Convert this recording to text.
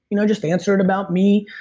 you know just answer and about me.